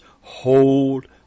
hold